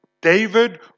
David